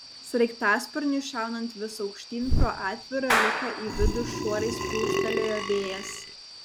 sraigtasparniui šaunant vis aukštyn pro atvirą liuką į vidų šuorais plūstelėjo vėjas